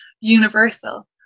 universal